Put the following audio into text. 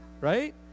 Right